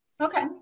Okay